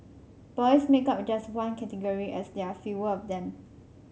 boys make up just one category as there are fewer of them